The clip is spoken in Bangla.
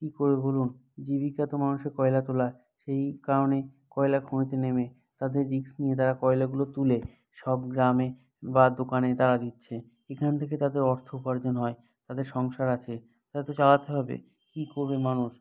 কী করবে বলুন জীবিকা তো মানুষের কয়লা তোলা সেই কারণে কয়লা খনিতে নেমে তাদের রিস্ক নিয়ে তারা কয়লাগুলো তুলে সব গ্রামে বা দোকানে তারা দিচ্ছে এইখান থেকে তাদের অর্থ উপার্জন হয় তাদের সংসার আছে তাদের তো চালাতে হবে কী করবে মানুষ